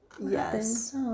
Yes